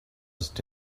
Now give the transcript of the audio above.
asked